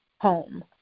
home